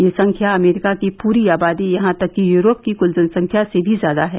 यह संख्या अमरीका की पूरी आबादी यहां तक कि यूरोप की कुल जनसंख्या से भी ज्यादा है